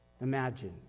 Imagine